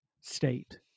state